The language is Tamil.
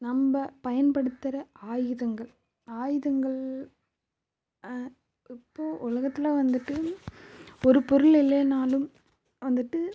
நம்ப பயன்படுத்துகிற ஆயுதங்கள் ஆயுதங்கள் இப்போது உலகத்தில் வந்துவிட்டு ஒரு பொருள் இல்லேனாலும் வந்துவிட்டு